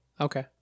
Okay